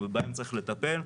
ובהם צריך לטפל,